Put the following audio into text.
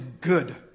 good